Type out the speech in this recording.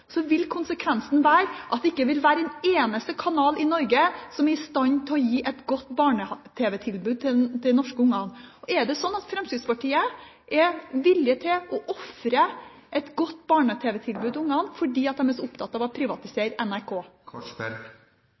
vil konsekvensen være at det ikke vil være en eneste kanal i Norge som er i stand til å gi et godt barne-tv-tilbud til norske unger. Er det sånn at Fremskrittspartiet er villig til å ofre et godt barne-tv-tilbud til ungene fordi de er så opptatt av å privatisere NRK?